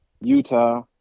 Utah